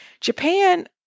Japan